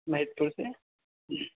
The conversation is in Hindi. महेशपुर से